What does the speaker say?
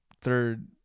third